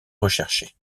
recherchés